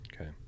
Okay